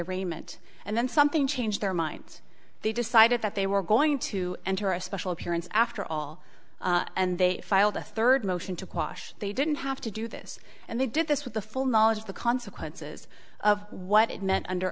arraignment and then something changed their minds they decided that they were going to enter a special appearance after all and they filed a third motion to quash they didn't have to do this and they did this with the full knowledge of the consequences of what it meant under